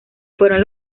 fueron